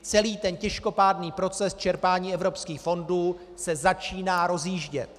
Celý ten těžkopádný proces čerpání evropských fondů se začíná rozjíždět.